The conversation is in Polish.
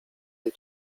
jej